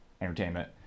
Entertainment